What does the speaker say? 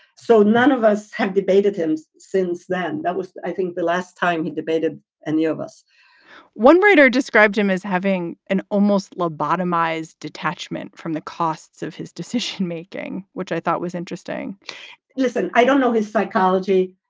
so none of us have debated hims since then. that was, i think, the last time we debated and any of us one reader described him as having an almost lobotomized detachment from the costs of his decision making, which i thought was interesting listen, i don't know his psychology.